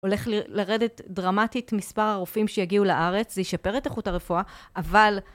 הולך לרדת דרמטית מספר הרופאים שיגיעו לארץ, זה ישפר את איכות הרפואה, אבל...